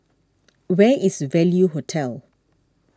where is Value Hotel